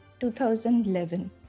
2011